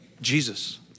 Jesus